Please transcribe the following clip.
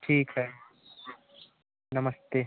ठीक है नमस्ते